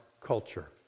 culture